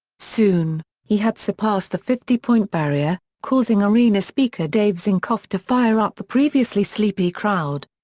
soon, he had surpassed the fifty point barrier, causing arena speaker dave zinkoff to fire up the previously sleepy crowd.